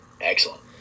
excellent